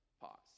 Pause